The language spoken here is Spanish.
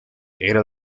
era